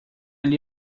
lhe